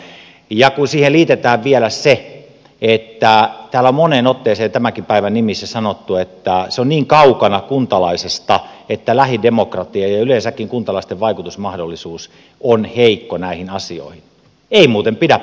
ja kun siihen liitetään vielä se mitä täällä on moneen otteeseen tänäkin päivänä sanottu että se on niin kaukana kuntalaisista että lähidemokratia ja yleensäkin kuntalaisten vaikutusmahdollisuus ovat heikkoja näissä asioissa niin ei muuten pidä paikkaansa